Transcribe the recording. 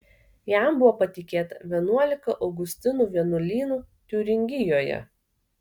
jam buvo patikėta vienuolika augustinų vienuolynų tiuringijoje